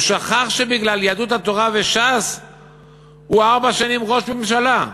הוא שכח שבגלל יהדות התורה וש"ס הוא ארבע שנים ראש ממשלה.